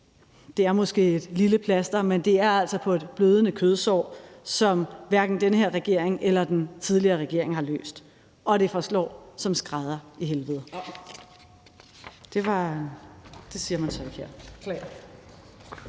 er måske et lille plaster, men det er altså på et blødende kødsår, som hverken den her regering eller den tidligere regering har løst, og det forslår som en skrædder i helvede.